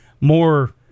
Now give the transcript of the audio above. more